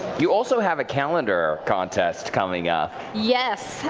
you also have a calendar contest coming up. yes,